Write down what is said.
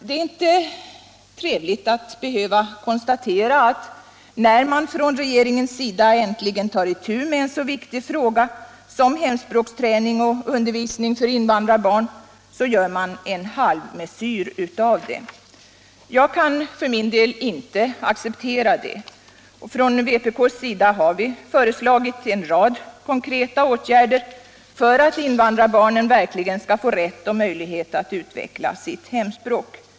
Det är inte trevligt att behöva konstatera att när man från regeringens sida äntligen tar itu med en så viktig fråga som hemspråksträning och undervisning för invandrarbarn så gör man en halvmesyr av det. Jag kan för min del inte acceptera detta. Från vpk:s sida har vi i motionen 1976/77:38 föreslagit en rad konkreta åtgärder för att invandrarbarnen verkligen skall få rätt och möjlighet att utveckla sitt hemspråk.